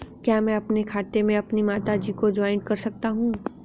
क्या मैं अपने खाते में अपनी माता जी को जॉइंट कर सकता हूँ?